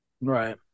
Right